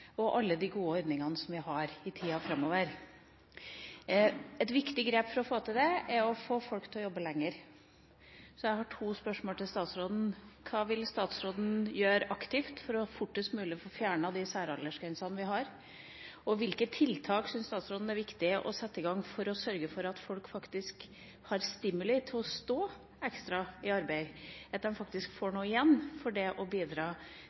alle de gode ordningene som vi har, i tida framover. Et viktig grep for å få til det er å få folk til å jobbe lenger, så jeg har to spørsmål til statsråden: Hva vil statsråden aktivt gjøre for fortest mulig å få fjernet de særaldersgrensene vi har? Og hvilke tiltak syns statsråden det er viktig å sette i gang for å sørge for at folk har stimuli til å stå ekstra i arbeid, at de faktisk får noe igjen for å bidra